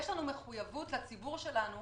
יש לנו מחויבות לציבור שלנו